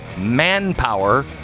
manpower